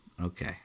Okay